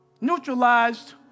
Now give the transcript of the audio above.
Neutralized